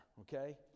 Okay